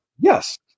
Yes